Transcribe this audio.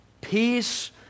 Peace